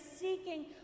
seeking